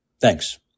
thanks